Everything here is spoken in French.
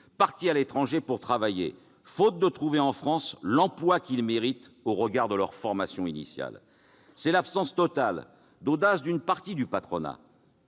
partis pour l'étranger pour travailler, faute de trouver en France l'emploi qu'ils méritent au regard de leur formation initiale. Ce sont l'absence totale d'audace d'une partie du patronat,